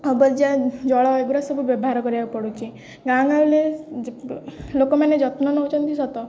ଜଳ ଏଗୁୁଡ଼ା ସବୁ ବ୍ୟବହାର କରିବାକୁ ପଡ଼ୁଛି ଗାଁ ଗାଁରେ ଲୋକମାନେ ଯତ୍ନ ନେଉଛନ୍ତି ସତ